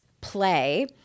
play